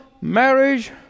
marriage